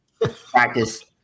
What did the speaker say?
Practice